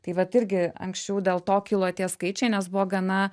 tai vat irgi anksčiau dėl to kilo tie skaičiai nes buvo gana